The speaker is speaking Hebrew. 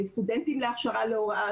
סטודנטים להכשרה להוראה,